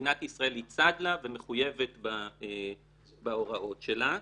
שמדינת ישראל היא צד לה ומחויבת בהוראות שלה.